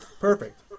Perfect